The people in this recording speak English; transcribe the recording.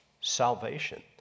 salvation